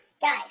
guys